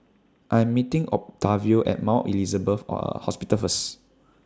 I Am meeting Octavio At Mount Elizabeth Or A Hospital First